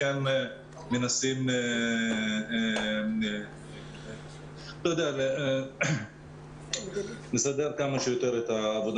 לא אקדמי ולא לטוהר הבחינות ולכן הם נדחו